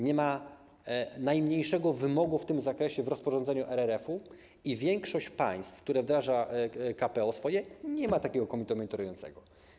Nie ma najmniejszego wymogu w tym zakresie w rozporządzeniu RRF-u i większość państw, które wdraża swoje KPO, nie ma takiego komitetu monitorującego.